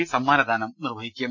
P സമ്മാനദാനം നിർവ ഹിക്കും